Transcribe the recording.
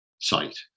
site